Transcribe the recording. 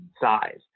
size